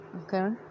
Okay